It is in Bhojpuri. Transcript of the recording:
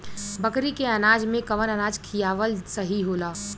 बकरी के अनाज में कवन अनाज खियावल सही होला?